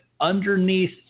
underneath